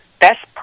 best